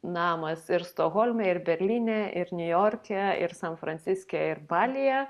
namas ir stokholme ir berlyne ir niujorke ir san franciske ir balyje